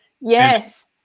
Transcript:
yes